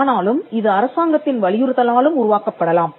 ஆனாலும் இது அரசாங்கத்தின் வலியுறுத்தலாலும் உருவாக்கப்படலாம்